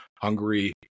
Hungary